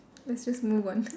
let's just move on to